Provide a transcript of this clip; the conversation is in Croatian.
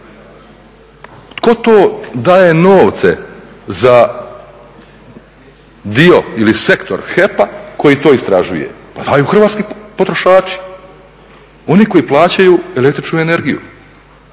Tko to daje novce za dio ili sektor HEP-a koji to istražuje? Pa daju hrvatski potrošači, oni koji plaćaju električnu energiju.